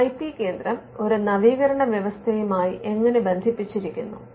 ഒരു I P കേന്ദ്രം ഒരു നവീകരണ വ്യവസ്ഥയുമായി എങ്ങനെ ബന്ധിപ്പിച്ചിരിക്കുന്നു